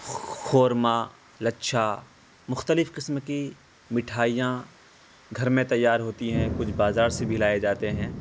خرمہ لچھا مختلف قسم کی مٹھائیاں گھر میں تیار ہوتی ہیں کچھ بازار سے بھی لائے جاتے ہیں